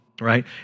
right